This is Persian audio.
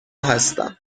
هستم